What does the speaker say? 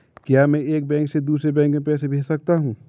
क्या मैं एक बैंक से दूसरे बैंक में पैसे भेज सकता हूँ?